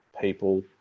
people